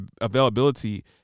availability